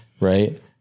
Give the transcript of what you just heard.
right